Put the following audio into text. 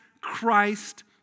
Christ